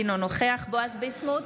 אינו נוכח בועז ביסמוט,